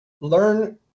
learn